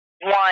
one